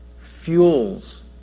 fuels